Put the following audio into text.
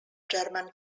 german